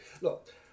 look